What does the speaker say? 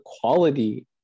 quality